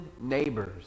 neighbors